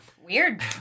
Weird